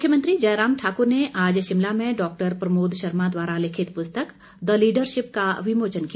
विमोचन मुख्यमंत्री जयराम ठाकुर ने आज शिमला में डॉ प्रमोद शर्मा द्वारा लिखित पुस्तक द लीडरशिप का विमोचन किया